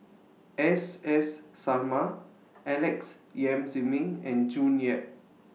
S S Sarma Alex Yam Ziming and June Yap